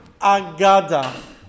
agada